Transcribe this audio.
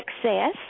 success